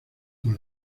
con